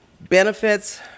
benefits